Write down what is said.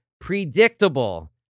predictable